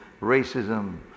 racism